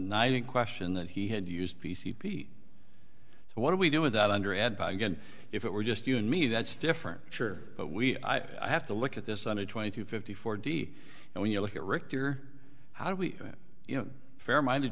night in question that he had used p c p so what do we do with that under ed by again if it were just you and me that's different sure but we have to look at this on a twenty two fifty four d and when you look at richter how do we you know fair minded